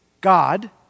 God